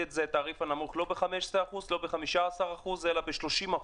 את התעריף הנמוך לא ב-15% אלא ב-30%.